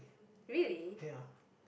ya